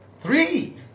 three